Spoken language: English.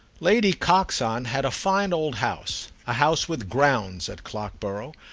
lady coxon had a fine old house, a house with grounds, at clockborough,